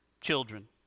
children